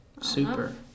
Super